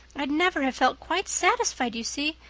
i'd never have felt quite satisfied, you see.